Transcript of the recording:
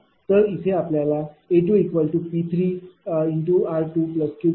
तर इथे आपल्याला A2P3r2Q3x2 0